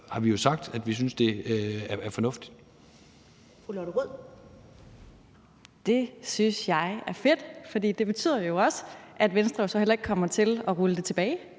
Fru Lotte Rod. Kl. 10:42 Lotte Rod (RV): Det synes jeg er fedt, for det betyder jo også, at Venstre så heller ikke kommer til at rulle det tilbage,